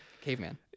caveman